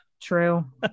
True